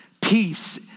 peace